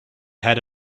had